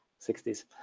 60s